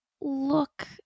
look